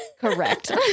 correct